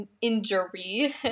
injury